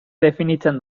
definitzen